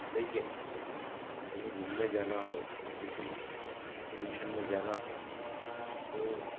लेकिन कहीं घूमने जाना हो या किसी एक्सपिडिशन में जाना हो तो